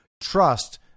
trust